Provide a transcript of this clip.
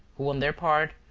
who on their part,